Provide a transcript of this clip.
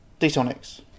Detonics